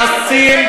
השני גדול ועצום,